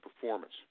performance